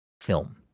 film